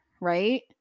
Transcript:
Right